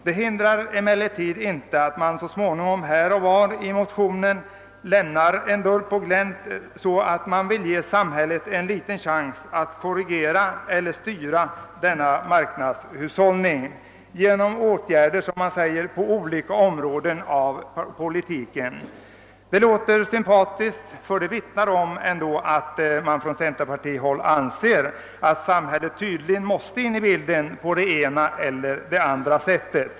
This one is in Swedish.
Detta hindrar emellertid inte motionärerna från att här och var i motionen lämna en dörr på glänt för att ge samhället en chans att korrigera eller styra den marknadshushållningen genom olika politiska åtgärder. Det låter för all del sympatiskt, ty det vittnar ju om att man på centerpartihåll ändå anser att samhället måste komma med i bilden på det ena eller andra sättet.